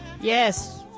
yes